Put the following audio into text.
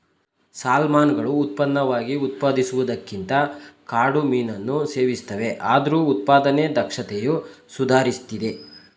ಸಾಲ್ಮನ್ಗಳು ಉತ್ಪನ್ನವಾಗಿ ಉತ್ಪಾದಿಸುವುದಕ್ಕಿಂತ ಕಾಡು ಮೀನನ್ನು ಸೇವಿಸ್ತವೆ ಆದ್ರೂ ಉತ್ಪಾದನೆ ದಕ್ಷತೆಯು ಸುಧಾರಿಸ್ತಿದೆ